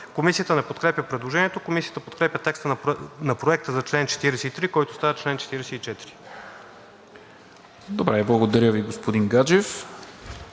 Комисията не подкрепя предложението. Комисията подкрепя текста на Проекта за чл. 43, който става чл. 44.